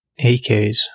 AKs